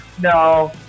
no